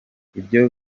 ibyo